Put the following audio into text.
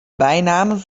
bijnamen